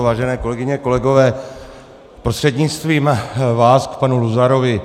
Vážené kolegyně, kolegové, prostřednictvím vás k panu Luzarovi.